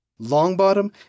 Longbottom